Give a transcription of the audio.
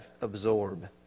absorb